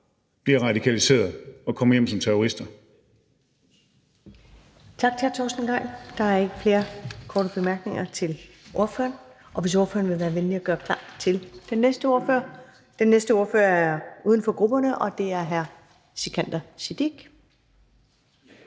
bliver radikaliseret og kommer hjem som terrorister.